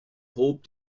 hob